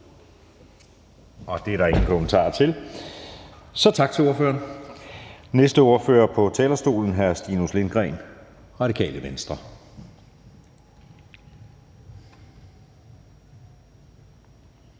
Det er der ingen kommentarer til, så tak til ordføreren. Næste ordfører på talerstolen er hr. Stinus Lindgreen, Radikale Venstre.